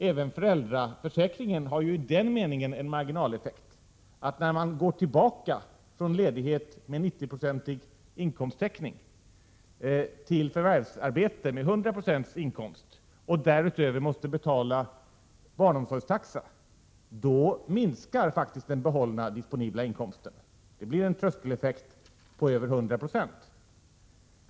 Även föräldraförsäkringen har i den meningen en marginaleffekt: när man går tillbaka från ledighet med 90-procentig inkomsttäckning till förvärvsarbete med 100 20 inkomst och därutöver måste betala barnomsorgstaxa, då minskar den disponibla inkomsten så att det blir en tröskeleffekt på över 100 96.